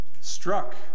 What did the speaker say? struck